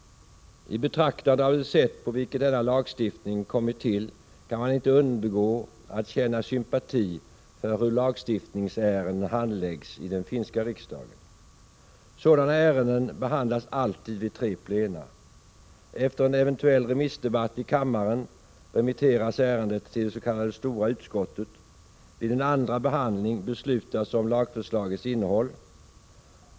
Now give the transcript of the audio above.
I betraktande av det sätt på vilket denna lagstiftning kommit till kan man inte undgå att känna sympati för hur lagstiftningsärenden handläggs i den finska riksdagen. Sådana ärenden behandlas alltid vid tre plena. Efter en eventuell remissdebatt i kammaren remitteras ärendet till det s.k. stora utskottet. Vid en andra behandling beslutas om lagförslagets innehåll.